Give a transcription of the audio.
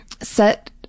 Set